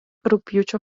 rugpjūčio